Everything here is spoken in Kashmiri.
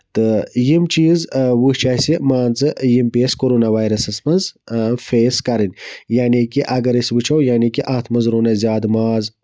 تہٕ یِم چیٖز وٕچھ اَسہِ مان ژٕ یِم پیٚیہِ اَسہِ کَرونا وایرَسَس منٛز فیس کَرٕنۍ یعنے کہِ اَگر اسۍ وٕچھو اَتھ منٛز روٚن اَسہِ زیادٕ ماز